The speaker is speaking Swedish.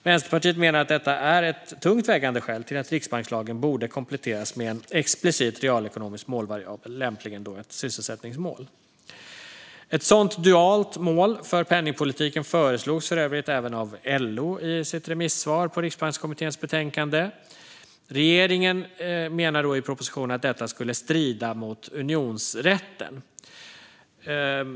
Vänsterpartiet menar att detta är ett tungt vägande skäl till att riksbankslagen borde kompletteras med en explicit realekonomisk målvariabel, lämpligen ett sysselsättningsmål. Ett sådant dualt mål för penningpolitiken föreslogs för övrigt även av LO i deras remissvar på Riksbankskommitténs betänkande. Regeringen menar i propositionen att detta skulle strida mot unionsrätten.